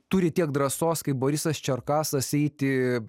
turi tiek drąsos kaip borisas čerkasas eiti